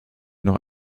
noch